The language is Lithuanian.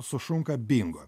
sušunka bingo